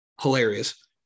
Hilarious